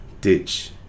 Ditch